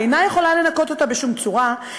והיא אינה יכולה לנכות אותה בשום צורה,